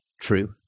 true